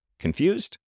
Confused